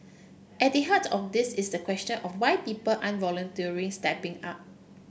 at the heart of this is the question of why people aren't voluntarily stepping up